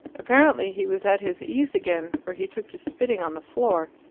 apparently he was at his ease again, for he took to spitting on the floor.